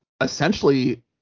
essentially